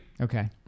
Okay